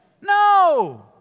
No